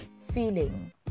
feeling